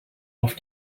auf